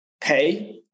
pay